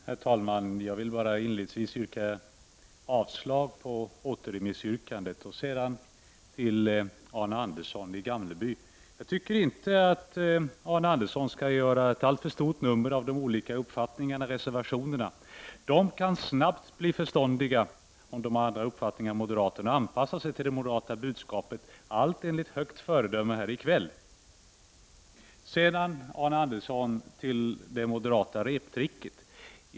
Herr talman! Jag vill inledningsvis yrka avslag på återremissyrkandet. Jag tycker inte att Arne Andersson i Gamleby skall göra ett alltför stort nummer av de olika uppfattningar som finns i reservationerna. De som har andra uppfattningar än moderaterna kan snabbt bli förståndiga och anpassa sig till det moderata budskapet — allt enligt högt föredöme här i kväll. Sedan till det moderata reptricket.